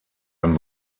ein